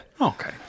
okay